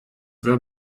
were